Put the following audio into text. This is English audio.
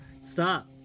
stop